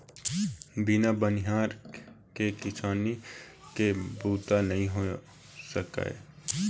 बिन बनिहार के किसानी के बूता नइ हो सकय